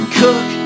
cook